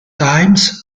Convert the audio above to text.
times